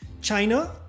China